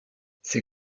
ces